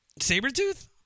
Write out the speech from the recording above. Sabretooth